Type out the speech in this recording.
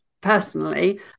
personally